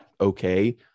okay